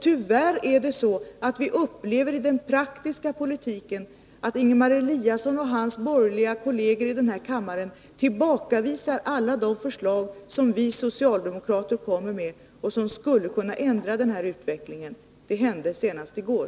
Beklagligtvis upplever vi också i den praktiska politiken att Ingemar Eliasson och hans borgerliga kolleger här i kammaren tillbakavisar alla de förslag som vi socialdemokrater lägger fram och som skulle kunna ändra utvecklingen på detta område. Det hände senast i går.